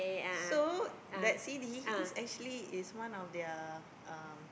so that C_D is actually is one of their um